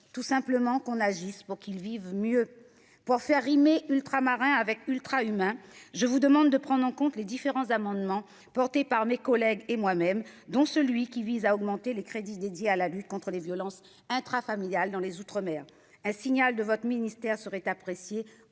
Tout simplement que nous agissions pour qu'ils vivent mieux, pour faire rimer « ultramarin » avec « ultra-humain ». Je vous demande donc de prendre en compte les différents amendements qui seront défendus par mes collègues et par moi-même, dont celui qui vise à augmenter les crédits alloués à la lutte contre les violences intrafamiliales dans les outre-mer. Un signal de votre ministère serait apprécié,